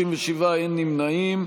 37, אין נמנעים.